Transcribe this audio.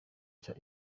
cya